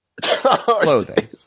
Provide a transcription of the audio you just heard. Clothing